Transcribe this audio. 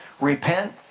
repent